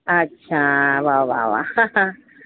अच्छा वा वा वा